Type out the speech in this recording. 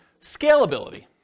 Scalability